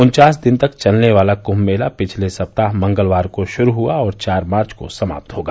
उन्चास दिन तक चलने वाला कुंभ मेला पिछले सप्ताह मंगलवार को शुरू हुआ और चार मार्च को समाप्त होगा